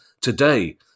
today